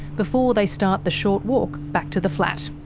before they start the short walk back to the flat.